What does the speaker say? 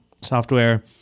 software